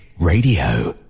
Radio